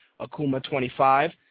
akuma25